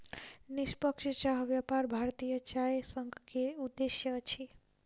निष्पक्ष चाह व्यापार भारतीय चाय संघ के उद्देश्य अछि